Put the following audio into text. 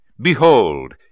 Behold